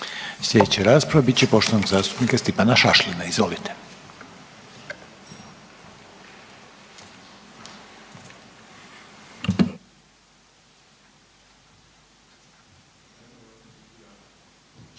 Sljedeća rasprava bit će poštovanog zastupnika Gorana Ivanovića. Izvolite.